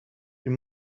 you